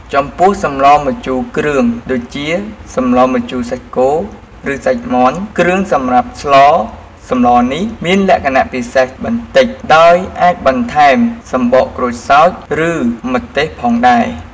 ចំពោះសម្លម្ជូរគ្រឿង ដូចជា សម្លម្ជូរសាច់គោ ឬសាច់មាន់ គ្រឿងសម្រាប់ស្លសម្លនេះមានលក្ខណៈពិសេសបន្តិច ដោយអាចបន្ថែម សំបកក្រូចសើច ឬម្ទេស ផងដែរ។